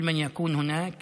מפותחת ומתורבתת,